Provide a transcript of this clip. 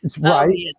right